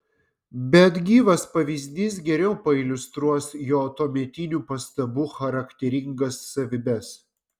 bet gyvas pavyzdys geriau pailiustruos jo tuometinių pastabų charakteringas savybes